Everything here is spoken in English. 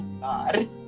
god